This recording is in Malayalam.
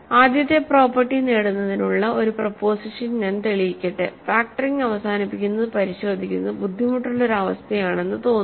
ആദ്യത്തെ പ്രോപ്പർട്ടി നേടുന്നതിനുള്ള ഒരു പ്രൊപോസിഷൻ ഞാൻ തെളിയിക്കട്ടെ ഫാക്റ്ററിംഗ് അവസാനിപ്പിക്കുന്നത് പരിശോധിക്കുന്നത് ബുദ്ധിമുട്ടുള്ള ഒരു അവസ്ഥയാണെന്ന് തോന്നുന്നു